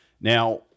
Now